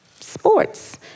sports